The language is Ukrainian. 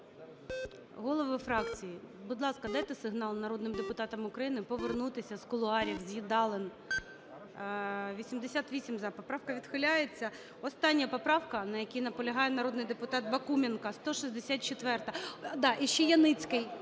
Голови фракцій, будь ласка, дайте сигнал народним депутатам України повернутися з кулуарів, з їдалень. 13:20:20 За-88 Поправка відхиляється. Остання поправка, на якій наполягає народний депутат Бакуменко, 164-а. Да, іще Яніцький.